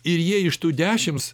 ir jie iš tų dešimts